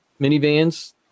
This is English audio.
minivans